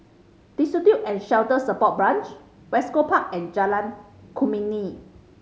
Destitute and Shelter Support Branch West Coast Park and Jalan Kemuning